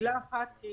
מילה אחת,